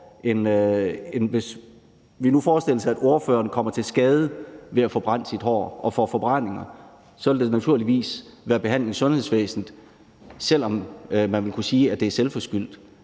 hvis vi nu forestiller os, at ordføreren kommer til skade ved at få brændt sit hår og får forbrændinger, så vil det naturligvis være en behandling i sundhedsvæsenet, selv om man vil kunne sige, at det er selvforskyldt.